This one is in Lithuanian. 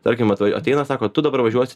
tarkim ateina sako tu dabar važiuosi